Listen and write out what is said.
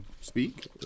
speak